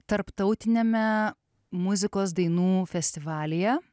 tarptautiniame muzikos dainų festivalyje